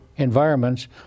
environments